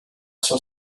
sua